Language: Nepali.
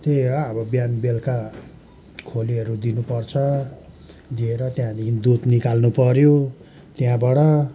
त्यही हो अब बिहान बेलुका खोलेहरू दिनुपर्छ दिएर त्यहाँदेखि दुध निकाल्नु पर्यो त्यहाँबाट